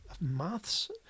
maths